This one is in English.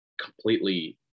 completely